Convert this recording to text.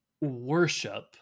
worship